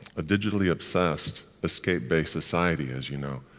a digitally-obsessed, escape-based society as you know.